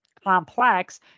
complex